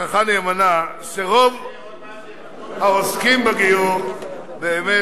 להבטיחך נאמנה שרוב העוסקים בגיור באמת